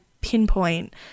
pinpoint